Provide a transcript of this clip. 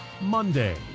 Monday